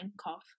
cough